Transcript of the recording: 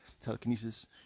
telekinesis